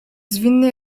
zwinny